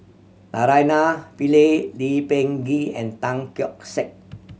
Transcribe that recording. Naraina Pillai Lee Peh Gee and Tan Keong Saik